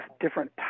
different